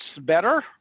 better